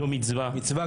מצווה.